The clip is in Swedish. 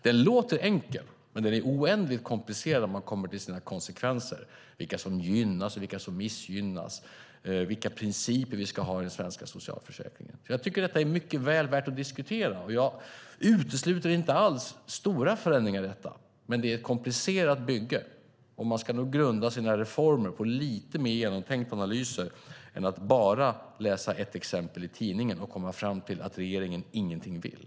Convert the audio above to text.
Det låter enkelt, men frågan är oändligt komplicerad när det kommer till dess konsekvenser - vilka som gynnas och vilka som missgynnas eller vilka principer vi ska ha i den svenska socialförsäkringen. Jag tycker att det mycket väl är värt att diskutera detta. Jag utesluter inte alls stora förändringar i detta, men det är ett komplicerat bygge. Man ska nog grunda sina reformer på lite mer genomtänkta analyser i stället för att bara läsa om ett exempel i tidningen och komma fram till att regeringen ingenting vill.